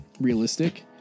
realistic